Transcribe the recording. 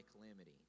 calamity